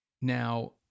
Now